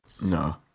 no